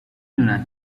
دونن